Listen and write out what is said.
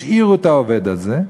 השאירו את העובד הזה.